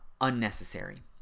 unnecessary